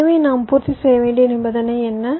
எனவே நாம் பூர்த்திசெய்ய வேண்டிய நிபந்தனை என்ன